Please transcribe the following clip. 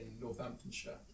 Northamptonshire